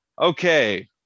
Okay